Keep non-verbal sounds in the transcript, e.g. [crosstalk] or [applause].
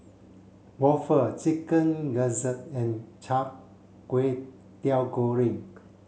waffle chicken gizzard and [unintelligible] Kway Teow Goreng